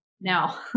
Now